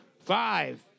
five